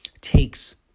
takes